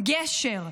גשר.